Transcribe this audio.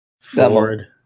Ford